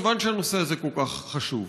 כיוון הנושא הזה כל כך חשוב,